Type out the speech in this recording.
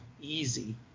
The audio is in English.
easy